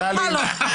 שלך לא.